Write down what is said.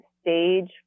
stage